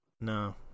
No